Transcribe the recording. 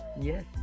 Yes